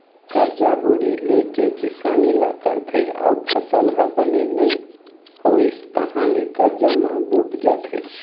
करजा बोड़ी ले के किसानी ल करथे अउ फसल ह बने नइ होइस तहाँ ले करजा म बूड़ जाथे